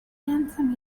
anthem